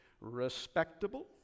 respectable